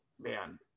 man